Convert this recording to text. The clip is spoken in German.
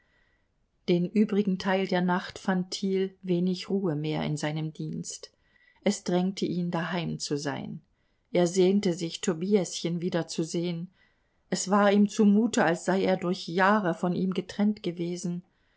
den übrigen teil der nacht fand thiel wenig ruhe mehr in seinem dienst es drängte ihn daheim zu sein er sehnte sich tobiäschen wiederzusehen es war ihm zumute als sei er durch jahre von ihm getrennt gewesen